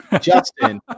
Justin